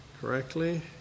correctly